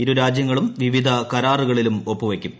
ഇരുരാജ്യങ്ങളും വിവിധ കരാറുകളിലും ഒപ്പുവയ്ക്കും